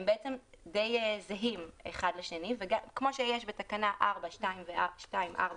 הם בעצם די זהים אחד לשני, וכמו שיש ב-4(2) ו-4(4)